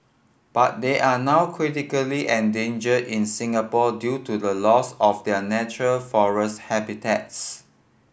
but they are now critically endangered in Singapore due to the loss of their natural forest habitats